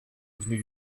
avenue